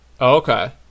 Okay